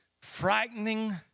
frightening